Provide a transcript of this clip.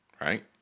right